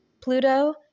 pluto